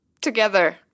together